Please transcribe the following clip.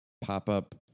pop-up